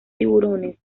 tiburones